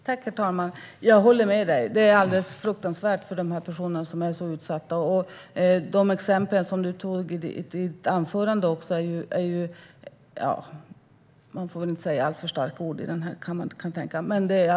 Herr talman! Jag håller med - det är alldeles fruktansvärt för de personer som är så utsatta. De exempel som du tog upp i ditt anförande är ju alldeles fruktansvärda - man får väl inte använda alltför starka ord i den här kammaren.